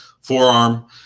forearm